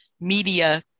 media